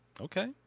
Okay